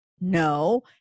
no